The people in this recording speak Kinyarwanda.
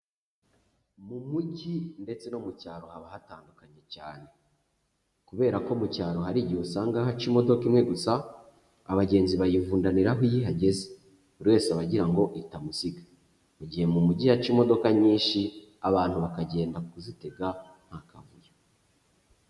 Mu mujyi ndetse no mu cyaro haba hatandukanye cyane, kubera ko mu cyaro hari igihe usanga haca imodoka imwe gusa, abagenzi bayivundaniraho iyo ihageze, buri wese aba agira ngo itamusiga, mu gihe mu mujyi haca imodoka nyinshi abantu bakagenda kuzitega nta kavuyo.